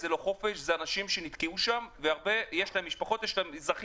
אלה אנשים שנתקעו שם ולהרבה יש משפחות והן אזרחי